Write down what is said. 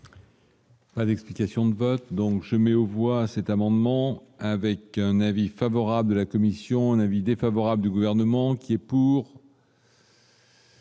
Pas d'explication de vote donc je mets aux voix cet amendement avec un avis favorable de la commission NAVY défavorable du gouvernement. C'est pour.